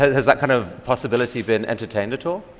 has that kind of possibility been entertained at all?